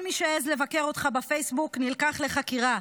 כל מי שהעז לבקר אותך בפייסבוק נלקח לחקירה.